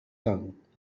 tongue